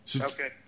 Okay